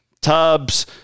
tubs